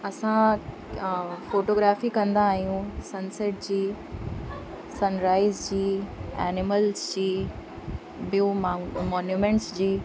असां फोटोग्राफी कंदा आहियूं सनसेट जी सनराईज़ जी एनीमल्स जी बियूं माऊं मोन्यूमेंट्स जी